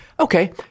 Okay